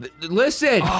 Listen